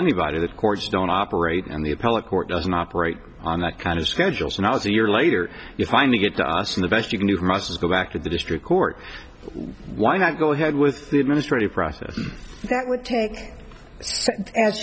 anybody that courts don't operate and the appellate court doesn't operate on that kind of schedules and i was a year later you finally get to us and the best you can do must go back to the district court why not go ahead with the administrative process that would take as